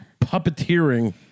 puppeteering